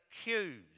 accused